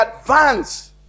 advance